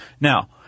Now